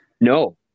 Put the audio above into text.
No